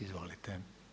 Izvolite.